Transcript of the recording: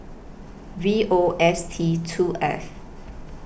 V O S T two F